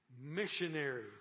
missionary